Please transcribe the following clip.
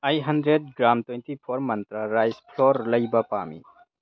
ꯑꯩ hundred gram twenty four ꯃꯟꯇ꯭ꯔ rice flour ꯂꯩꯕ ꯄꯥꯝꯃꯤ